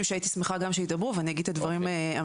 שאני הייתי שמחה גם שידברו ואני אגיד את הדברים המרכזיים.